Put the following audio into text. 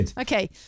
Okay